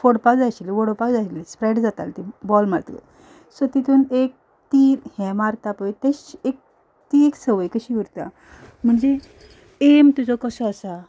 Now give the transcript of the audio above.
फोडपा जाय आशिल्ली वडोवपा जाय आशिल्ली स्प्रेड जाताली बॉल मारतकच सो तितून एक ती हें मारतात पळय तें एक ती एक संवय कशी उरता म्हणजे एम तुजो कसो आसा